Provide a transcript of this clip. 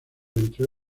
entre